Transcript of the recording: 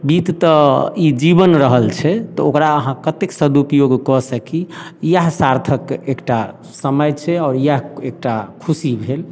बीत तऽ ई जीवन रहल छै तऽ ओकरा अहाँ कतेक सदुपयोग कऽ सकी इएह सार्थक एकटा समय छै आओर इएह एकटा खुशी भेल